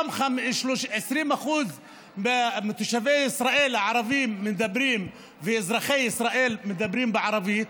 גם 20% מתושבי ישראל הערבים ואזרחי ישראל מדברים בערבית,